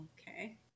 Okay